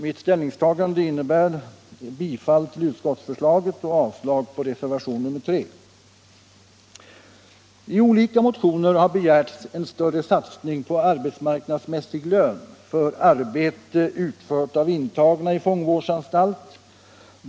Mitt ställningstagande innebär bifall till utskottsförslaget och avslag på reservationen 3. I olika motioner har begärts en större satsning på arbetsmarknadsmässig lön för arbete utfört av intagna i fångvårdsanstalter.